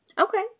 Okay